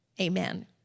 Amen